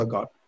God